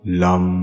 lum